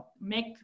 make